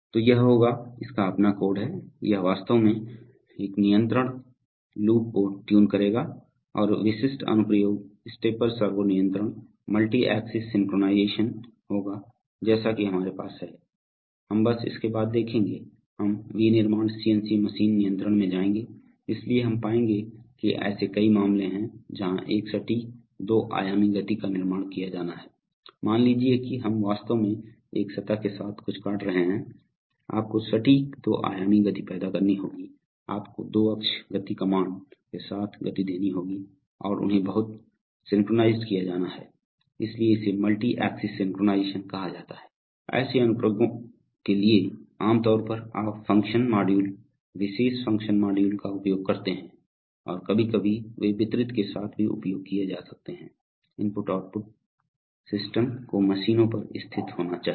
तो यह होगा इसका अपना कोड है यह वास्तव में एक नियंत्रण लूप को ट्यून करेगा और विशिष्ट अनुप्रयोग स्टेपर सर्वो नियंत्रण मल्टी एक्सिस सिंक्रोनाइज़ेशन होगा जैसा कि हमारे पास है हम बस इसके बाद देखेंगे हम विनिर्माण सीएनसी मशीन नियंत्रण में जाएंगे इसलिए हम पाएंगे कि ऐसे कई मामले हैं जहां एक सटीक दो आयामी गति का निर्माण किया जाना है मान लीजिए कि हम वास्तव में एक सतह के साथ कुछ काट रहे हैं आपको सटीक दो आयामी गति पैदा करनी होगी आपको दो अक्ष गति कमांड के साथ गति देनी होगी और उन्हें बहुत सिंक्रनाइज़ किया जाना है इसलिए इसे मल्टी एक्सिस सिंक्रोनाइज़ेशन कहा जाता है ऐसे अनुप्रयोगों के लिए आमतौर पर आप फ़ंक्शन मॉड्यूल विशेष फ़ंक्शन मॉड्यूल का उपयोग करते हैं और कभी कभी वे वितरित के साथ भी उपयोग किए जा सकते है IO सिस्टम को मशीनों पर स्थित होना चाहिए